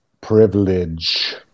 privilege